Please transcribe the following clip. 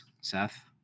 Seth